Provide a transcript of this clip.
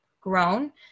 grown